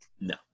No